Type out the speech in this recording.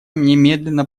немедленно